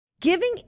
Giving